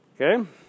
Okay